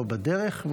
לא בדרך,